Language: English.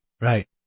Right